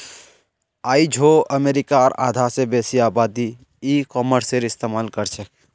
आइझो अमरीकार आधा स बेसी आबादी ई कॉमर्सेर इस्तेमाल करछेक